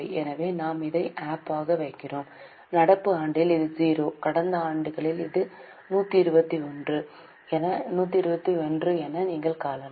எனவே நாம் இதை APP ஆக வைக்கிறோம் நடப்பு ஆண்டில் இது 0 கடந்த 2 ஆண்டுகளில் இது 121 121 என நீங்கள் காணலாம்